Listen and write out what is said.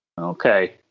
Okay